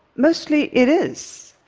mostly it is.